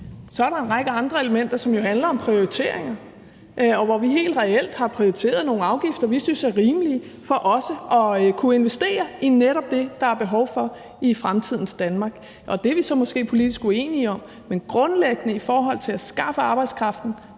Så er der en række andre elementer, som jo handler om prioriteringer, og hvor vi helt reelt har prioriteret nogle afgifter, vi synes er rimelige for også at kunne investere i netop det, der er behov for i fremtidens Danmark. Og det er vi så måske politisk uenige om, men i forhold til at skaffe arbejdskraften